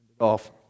off